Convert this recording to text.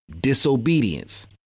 disobedience